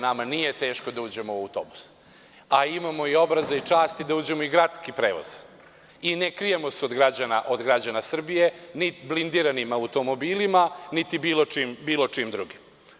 Nama nije teško da uđemo u autobus, a imamo i obraza i časti da uđemo i u gradski prevoz i ne krijemo se od građana Srbije blindiranim automobilima, niti bilo čim drugim.